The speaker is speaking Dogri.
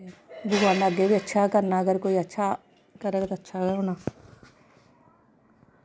भगवान नै अग्गै बी अच्छा गै करना अगर कोई अच्छा करगा ता अच्छा गै होना